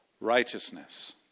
righteousness